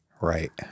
Right